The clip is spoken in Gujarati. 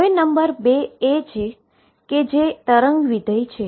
હવે નંબર 2 કે જે વેવ ફંક્શન છે